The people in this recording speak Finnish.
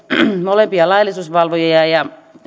molempia laillisuusvalvojia ja